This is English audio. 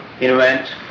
invent